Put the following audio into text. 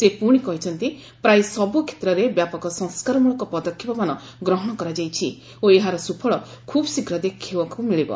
ସେ ପୁଣି କହିଛନ୍ତି ପ୍ରାୟ ସବୁ କ୍ଷେତ୍ରରେ ବ୍ୟାପକ ସଂସ୍କାରମୂଳକ ପଦକ୍ଷେପମାନ ଗ୍ରହଣ କରାଯାଇଛି ଓ ଏହାର ସ୍ନଫଳ ଖୁବ୍ଶୀଘ୍ର ଦେଖିବାକୁ ମିଳିବ